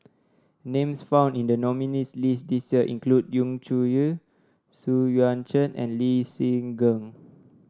names found in the nominees' list this year include Yu Zhuye Xu Yuan Zhen and Lee Seng Gee